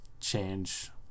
change